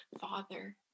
father